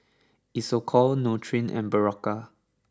Isocal Nutren and Berocca